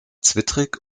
zwittrig